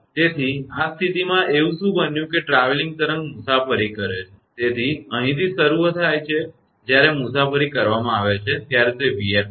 તેથી આ સ્થિતિમાં એવું શું બન્યું કે ટ્રાવેલીંગ તરંગ મુસાફરી કરે છે તેથી અહીંથી શરૂ થાય છે જ્યારે મુસાફરી કરવામાં આવે છે ત્યારે તે 𝑣𝑓 છે